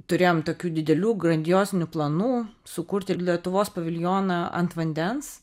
turėjom tokių didelių grandiozinių planų sukurti ir lietuvos paviljoną ant vandens